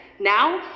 Now